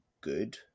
good